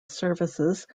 services